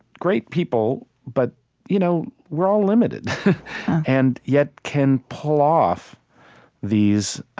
great people, but you know we're all limited and yet can pull off these